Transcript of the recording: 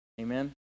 Amen